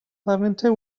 levanter